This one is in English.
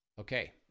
Okay